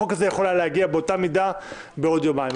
החוק הזה היה יכול להגיע באותה מידה בעוד יומיים.